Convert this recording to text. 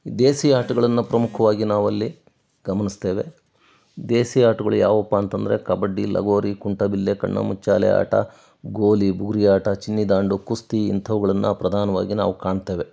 ಈ ದೇಸಿ ಆಟಗಳನ್ನು ಪ್ರಮುಖವಾಗಿ ನಾವಿಲ್ಲಿ ಗಮನಿಸ್ತೇವೆ ದೇಸಿ ಆಟಗಳು ಯಾವುವು ಪಾ ಅಂತಂದರೆ ಕಬಡ್ಡಿ ಲಗೋರಿ ಕುಂಟೆಬಿಲ್ಲೆ ಕಣ್ಣಾಮುಚ್ಚಾಲೆ ಆಟ ಗೋಲಿ ಬುಗುರಿ ಆಟ ಚಿನ್ನಿ ದಾಂಡು ಕುಸ್ತಿ ಇಂಥವುಗಳನ್ನು ಪ್ರಧಾನವಾಗಿ ನಾವು ಕಾಣ್ತೇವೆ